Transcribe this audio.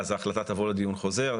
ההחלטה תבוא לדיון חוזר.